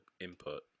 input